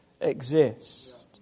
exist